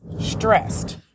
stressed